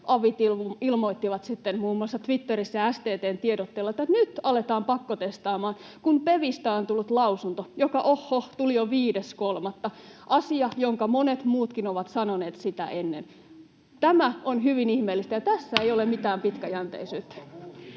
avit ilmoittivat sitten muun muassa Twitterissä ja STT:n tiedotteella, että nyt aletaan pakkotestaamaan, kun PeVistä on tullut lausunto — joka, ohhoh, tuli jo 5.3. — asia, jonka monet muutkin ovat sanoneet sitä ennen. Tämä on hyvin ihmeellistä, ja tässä ei ole mitään pitkäjänteisyyttä.